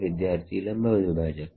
ವಿದ್ಯಾರ್ಥಿಲಂಬ ದ್ವಿಭಾಜಕ